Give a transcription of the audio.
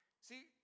See